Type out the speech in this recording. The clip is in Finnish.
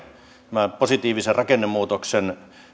nämä positiivisen rakennemuutoksen